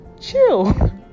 chill